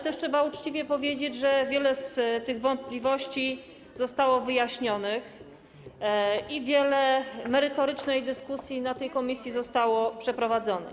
Trzeba uczciwie powiedzieć, że wiele z tych wątpliwości zostało wyjaśnionych i wiele merytorycznych dyskusji na posiedzeniu tej komisji zostało przeprowadzonych.